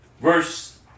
verse